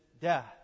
death